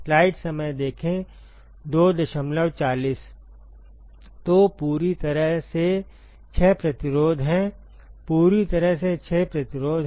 तो पूरी तरह से 6 प्रतिरोध हैंपूरी तरह से 6 प्रतिरोध हैं